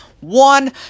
one